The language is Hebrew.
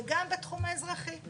וגם בתחום האזרחי.